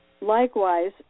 likewise